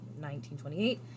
1928